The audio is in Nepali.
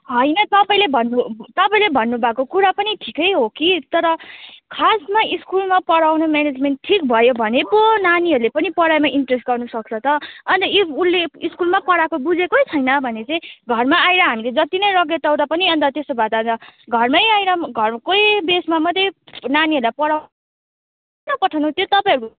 होइन तपाईँले भन्नु तपाईँले भन्नुभएको कुरा पनि ठिकै हो कि तर खासमा स्कुलमा पढाउने म्यानेजमेन्ट ठिक भयो भने पो नानीहरूले पनि पढाइमा इन्ट्रेस्ट गर्नुसक्छ त अन्त इफ उसले स्कुलमा पढाएको बुझेकै छैन भने चाहिँ घरमा आएर हामीले जति नै रगटाउँदा पनि अन्त त्यसो भए त घरमै आएर घरकै बेसमा मात्रै नानीहरूलाई पढाउ किन पठाउनु त्यो तपाईँहरूको